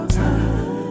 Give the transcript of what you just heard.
time